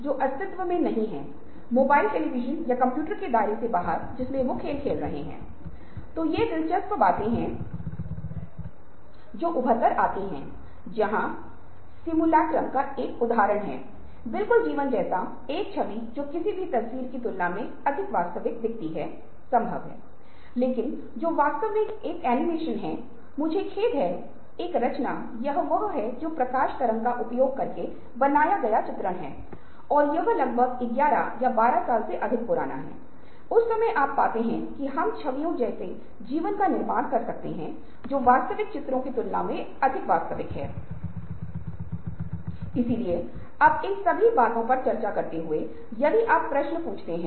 चिंतनशील सोच कौशल विकसित करें स्थितियों के बारे में दिवास्वप्न करे अगर वास्तविकता में यह स्थिति है तो क्या संभव समाधान हो सकता है और आप तर्क और कल्पना और वन्य सोच के बीच कूदते हैं